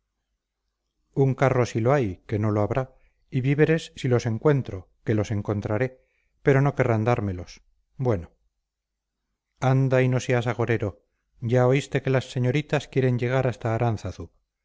un carro si lo hay que no lo habrá y víveres si los encuentro que los encontraré pero no querrán dármelos bueno anda y no seas agorero ya oíste que las señoritas quieren llegar hasta aránzazu